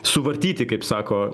suvartyti kaip sako